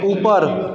ऊपर